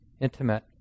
intimate